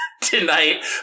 tonight